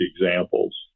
examples